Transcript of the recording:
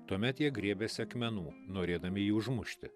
tuomet jie griebėsi akmenų norėdami jį užmušti